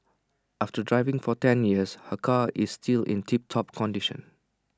after driving for ten years her car is still in tiptop condition